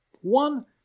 One